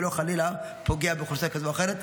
ולא חלילה פוגע באוכלוסייה כזאת או אחרת.